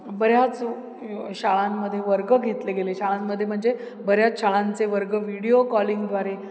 बऱ्याच शाळांमध्ये वर्ग घेतले गेले शाळांमध्ये म्हणजे बऱ्याच शाळांचे वर्ग व्हिडिओ कॉलिंगद्वारे